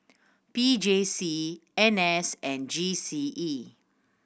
P J C N S and G C E